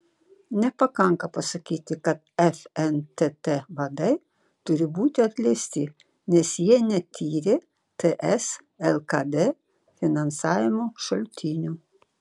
nepakanka pasakyti kad fntt vadai turi būti atleisti nes jie netyrė ts lkd finansavimo šaltinių